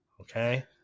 Okay